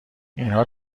اینها